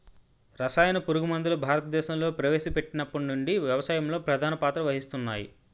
రసాయన పురుగుమందులు భారతదేశంలో ప్రవేశపెట్టినప్పటి నుండి వ్యవసాయంలో ప్రధాన పాత్ర వహిస్తున్నాయి